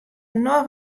noch